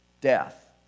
death